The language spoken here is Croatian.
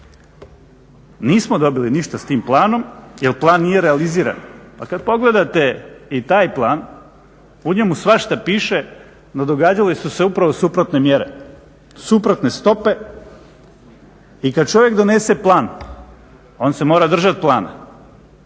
Nismo dobili ništa s tim planom jer plan nije realiziran. Pa kad pogledate i taj plan u njemu svašta piše, no događale su se upravo suprotne mjere, suprotne stope. I kad čovjek donese plan on se mora držati plana.